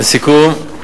לסיכום,